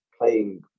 playing